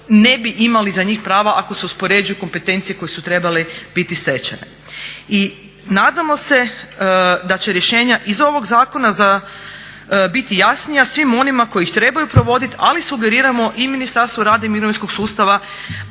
ne bi imali za njih prava ako se uspoređuju kompetencije koje su trebale biti stečene. I nadamo se da će rješenja iz ovog zakona biti jasnija svima onima koji ih trebaju provoditi ali sugeriramo i Ministarstvu rada i mirovinskog sustava